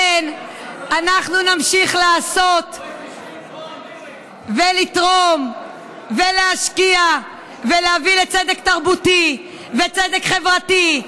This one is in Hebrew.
אנחנו נמשיך לעשות ולתרום ולהשקיע ולהביא לצדק תרבותי וצדק חברתי,